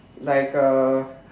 like uh